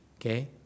okay